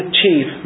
chief